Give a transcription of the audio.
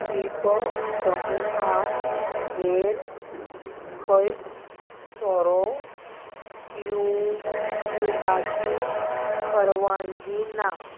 द्विप समुहांत हेर खंयच सोरो पिव पिवपाची परवानगी ना